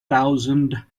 thousand